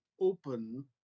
open